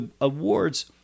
awards